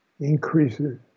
increases